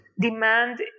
demand